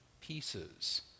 pieces